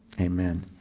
amen